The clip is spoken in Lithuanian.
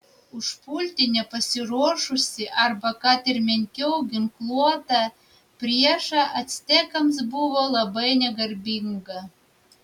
užpulti nepasiruošusį arba kad ir menkiau ginkluotą priešą actekams buvo labai negarbinga